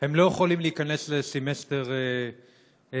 הם לא יכולים להיכנס לסמסטר ב'.